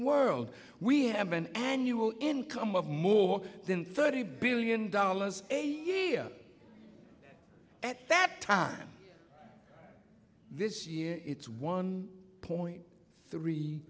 world we have an annual income of more than thirty billion dollars a year at that time this year it's one point three